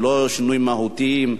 הם לא שינויים מהותיים.